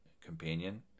companion